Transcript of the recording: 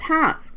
task